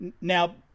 Now